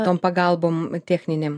tom pagalbom techninėm